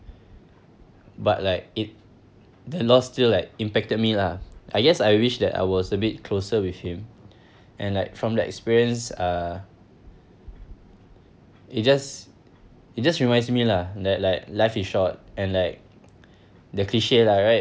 but like it the loss still like impacted me lah I guess I wish that I was a bit closer with him and like from that experience uh it just it just reminds me lah that like life is short and like the cliche lah right